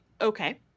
Okay